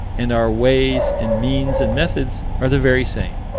and our ways and means and methods are the very same.